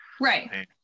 Right